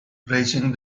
raising